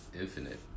infinite